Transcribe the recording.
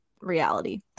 reality